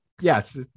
yes